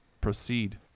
Proceed